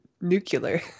Nuclear